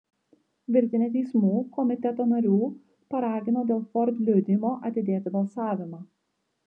virtinė teismų komiteto narių paragino dėl ford liudijimo atidėti balsavimą